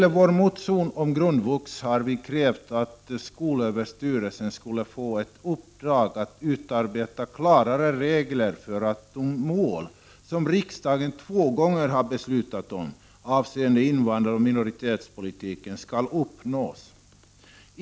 I vår motion om grundvux har vi krävt att skolöverstyrelsen skall få i uppdrag att utarbeta klarare regler för att de mål som riksdagen två gånger har beslutat om avseende invandraroch minoritetspolitiken skall uppnås.